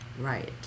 Right